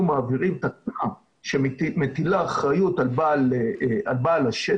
מעבירים את ה- -- שמטילה אחריות על בעל השטח,